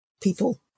people